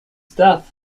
death